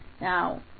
now